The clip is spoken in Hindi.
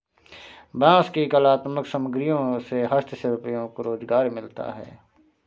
बाँस की कलात्मक सामग्रियों से हस्तशिल्पियों को रोजगार मिलता है